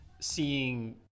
seeing